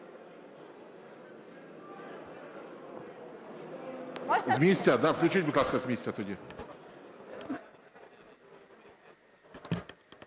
З місця, да? Включіть, будь ласка, з місця тоді.